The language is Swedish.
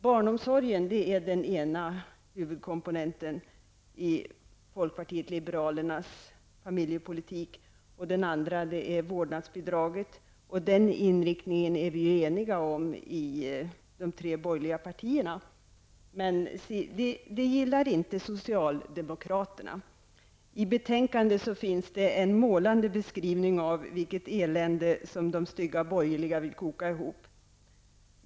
Barnomsorgen är den ena huvudkomponenten i folkpartiet liberalernas familjepolitik, och den andra är vårdnadsbidraget. Den inriktningen är vi ju eniga om i de tre borgerliga partierna. Men si, det gillar inte socialdemokraterna! I betänkandet finns det en målande beskrivning av vilket elände som de stygga borgerliga vill koka ihop.